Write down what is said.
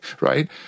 right